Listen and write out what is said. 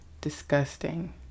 disgusting